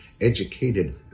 educated